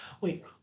wait